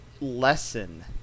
lesson